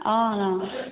অঁ অ